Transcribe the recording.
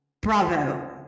Bravo